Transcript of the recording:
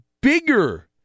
bigger